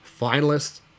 finalists